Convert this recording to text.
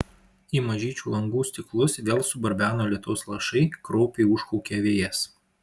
į mažyčių langų stiklus vėl subarbeno lietaus lašai kraupiai užkaukė vėjas